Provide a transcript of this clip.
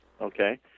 Okay